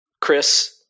Chris